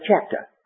chapter